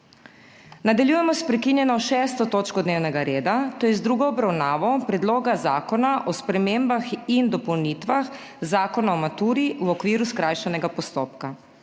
Nadaljujemo s prekinjeno 6. točko dnevnega reda, to je z drugo obravnavo Predloga zakona o spremembah in dopolnitvah Zakona o maturi v okviru skrajšanega postopka.